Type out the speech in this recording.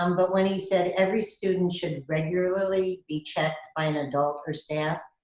um but when he said every student should regularly be checked by an adult or staff,